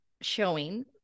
showing